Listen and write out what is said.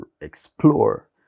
explore